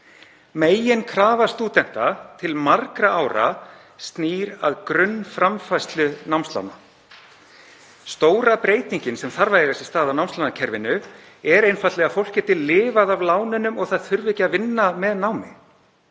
Meginkrafa stúdenta til margra ára snýr að grunnframfærslu námslána. Stóra breytingin sem þarf að eiga sér stað á námslánakerfinu er einfaldlega að fólk geti lifað af lánunum og það þurfi ekki að vinna með námi.